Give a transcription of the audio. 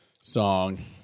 song